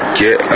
get